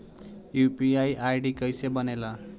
UPI ID कैसे बनेला?